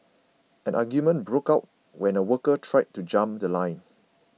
an argument broke out when a worker tried to jump The Line